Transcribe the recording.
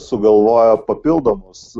sugalvojo papildomus